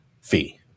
fee